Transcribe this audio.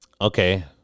okay